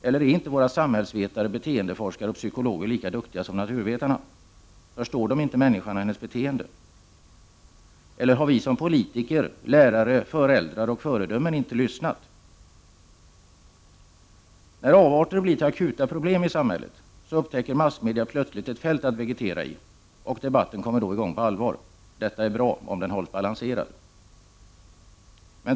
Eller är inte våra samhällsvetare, beteendeforskare och psykologer lika duktiga som naturvetarna? Förstår de inte människan och hennes beteende? Eller har vi som politiker, lärare, föräldrar och föredömen inte lyssnat? När avarter blir till akuta problem i samhället upptäcker massmedia plötsligt ett fält att vegetera i, och debatten kommer då i gång på allvar. Detta är bra — om den hålls balanserad!